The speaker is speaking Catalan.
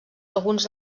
alguns